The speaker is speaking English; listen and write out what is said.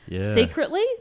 secretly